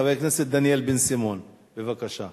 חבר הכנסת דניאל בן-סימון, בבקשה.